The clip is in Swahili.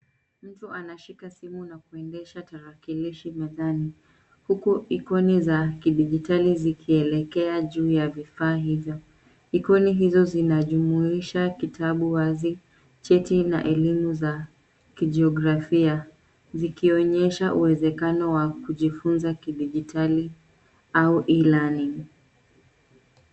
Mtu anashika simu na kuendesha tarakilishi mezani, huku ikoni za kidijitali zikielekea juu ya vifaa hivyo. Ikoni hizo zinajumuisha kitabu wazi, cheti, na elimu za kijiografia, zikionyesha uwezekano wa kujifunza kidijitali au e-learning .